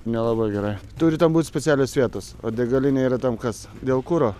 nelabai gerai turi ten būt specialios vietos o degalinė yra tam kas dėl kuro